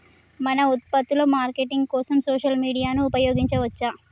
మన ఉత్పత్తుల మార్కెటింగ్ కోసం సోషల్ మీడియాను ఉపయోగించవచ్చా?